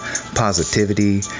positivity